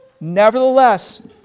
Nevertheless